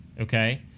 Okay